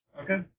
Okay